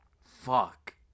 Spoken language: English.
fuck